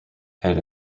had